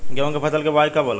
गेहूं के फसल के बोआई कब होला?